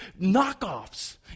knockoffs